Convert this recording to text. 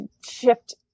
shift